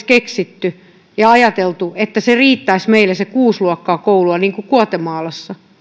keksittiin olisi ajateltu että se kuusi luokkaa koulua riittäisi meille niin kuin guatemalassa